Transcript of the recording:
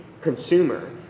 consumer